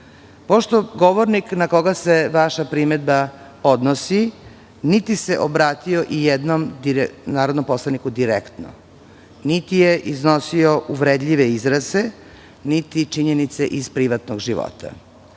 lica".Govornik na koga se vaša primedba odnosi niti se obratio ijednom narodnom poslaniku direktno, niti je iznosio uvredljive izraze, niti činjenice iz privatnog života.